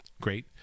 great